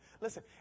Listen